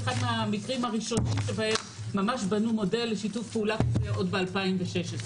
אחד מהמקרים הראשונים שבהם ממש בנו מודל לשיתוף פעולה עוד ב-2016.